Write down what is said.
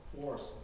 force